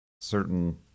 certain